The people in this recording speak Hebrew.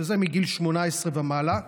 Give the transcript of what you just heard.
שזה מגיל 18 ומעלה,